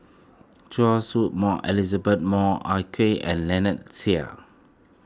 Choy Su Moi Elizabeth Moi Ah Kay and Lynnette Seah